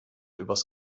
übers